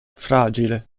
fragile